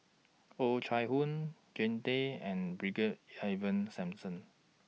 Oh Chai Hoo Jean Tay and Brigadier Ivan Simson